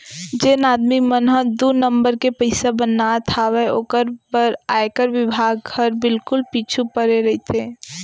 जेन आदमी मन ह दू नंबर के पइसा बनात हावय ओकर बर आयकर बिभाग हर बिल्कुल पीछू परे रइथे